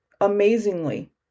amazingly